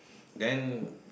then